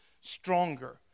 stronger